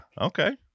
Okay